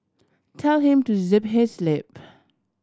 tell him to zip his lip